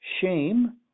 shame